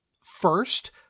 first